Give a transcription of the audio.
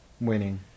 winning